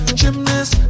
gymnast